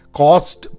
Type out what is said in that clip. cost